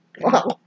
Wow